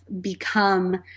become